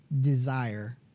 desire